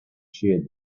sheared